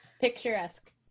Picturesque